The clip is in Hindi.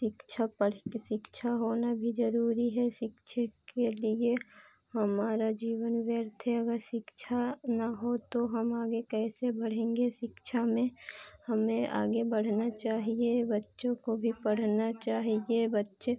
शिक्षा पढ़कर शिक्षा होना भी ज़रूरी है शिक्षित के लिए हमारा जीवन व्यर्थ है अगर शिक्षा न हो तो हम आगे कैसे बढ़ेंगे शिक्षा में हमें आगे बढ़ना चाहिए बच्चों को भी पढ़ना चाहिए बच्चे